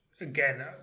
again